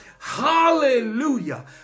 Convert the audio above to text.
Hallelujah